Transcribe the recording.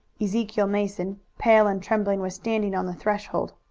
ezekiel mason, pale and trembling, was standing on the threshold.